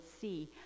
see